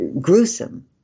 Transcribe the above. gruesome